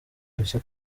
udushya